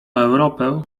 europę